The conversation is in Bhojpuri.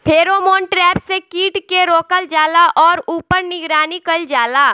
फेरोमोन ट्रैप से कीट के रोकल जाला और ऊपर निगरानी कइल जाला?